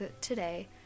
today